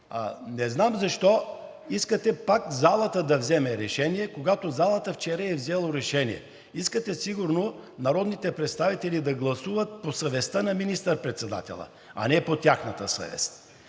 не знам защо искате пак залата да вземе решение, когато залата вчера е взела решение? Искате сигурно народните представители да гласуват по съвестта на министър-председателя, а не по тяхната съвест?